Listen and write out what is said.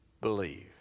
believe